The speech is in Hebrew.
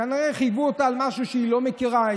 כנראה חייבו אותה על משהו שהיא לא מכירה,